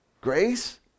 Grace